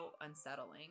unsettling